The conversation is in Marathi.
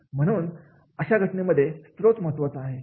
म्हणून अशा घटनेमध्ये स्त्रोत महत्वाचा आहे